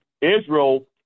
Israel